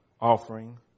offering